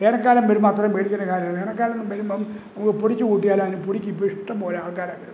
വേനല്ക്കാലം വരുമ്പോൾ അത്രയും പേടിക്കണ്ട കാര്യമില്ല വേനൽക്കാലം വരുമ്പോള് നമുക്ക് പൊടിച്ചു കൂട്ടിയാലും അതിൻ്റെ പൊടിക്കിപ്പം ഇഷ്മ്പോലെ ആൾക്കാരാണ് വരുന്നെ